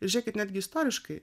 žiūrėkit netgi istoriškai